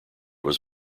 was